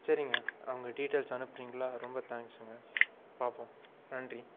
சரிங்க அவங்க டீடைல்ஸ் அனுப்புறீங்களா ரொம்ப தேங்ஸுங்க பார்ப்போம் நன்றி